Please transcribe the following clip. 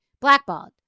blackballed